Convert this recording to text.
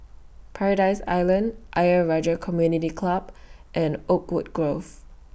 Paradise Island Ayer Rajah Community Club and Oakwood Grove